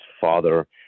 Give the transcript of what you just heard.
father